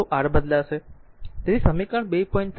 તેથી સમીકરણ 2